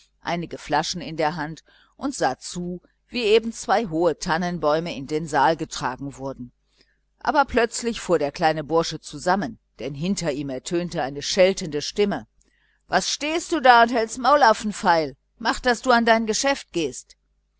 einige flaschen in der hand und sah zu wie eben zwei hohe tannenbäume in den saal getragen wurden aber plötzlich fuhr der kleine bursche zusammen denn hinter ihm ertönte eine scheltende stimme was stehst du da und hast maulaffen feil mach daß du an dein geschäft gehst